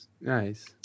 Nice